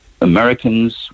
americans